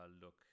look